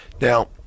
Now